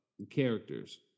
characters